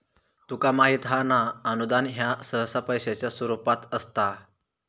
तुका माहित हां ना, अनुदान ह्या सहसा पैशाच्या स्वरूपात असता